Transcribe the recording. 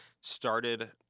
started